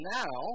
now